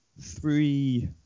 three